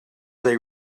they